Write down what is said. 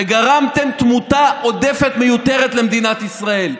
וגרמתם תמותה עודפת מיותרת למדינת ישראל.